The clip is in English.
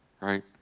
right